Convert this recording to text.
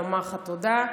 לומר לך תודה,